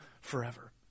forever